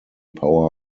power